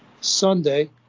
Sunday